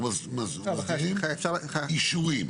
אנחנו מסדירים אישורים.